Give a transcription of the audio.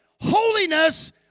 Holiness